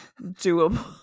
doable